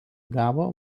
gavo